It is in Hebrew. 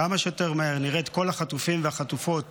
כמה שיותר מהר, נראה את כל החטופים והחטופות